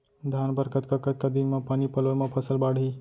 धान बर कतका कतका दिन म पानी पलोय म फसल बाड़ही?